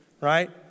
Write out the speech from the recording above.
Right